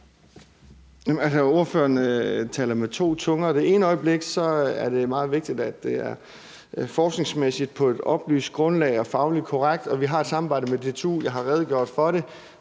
taler med to tunger. Det ene øjeblik er det meget vigtigt, at det forskningsmæssigt er på et oplyst grundlag og fagligt korrekt – vi har et samarbejde med DTU; jeg har redegjort for det